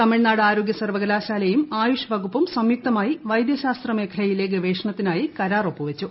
തമിഴ്നാട് ആരോഗ്യ സർവകലാശാലയും ആയുഷ് വകുപ്പും സംയുക്തമായി വൈദ്യശാസ്ത്ര മേഖലയിലെ ഗവേഷണത്തിനായി കരാർ ഒപ്പുവച്ചു